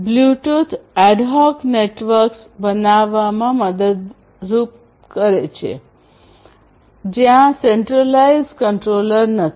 Bluetooth ad hoc networks બનાવવામાં મદદ કરે છે જ્યાં સેન્ટ્રલાઇઝ્ડ કંટ્રોલર નથી